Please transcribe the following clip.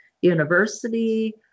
university